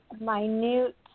minute